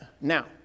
now